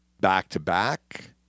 back-to-back